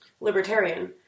libertarian